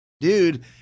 dude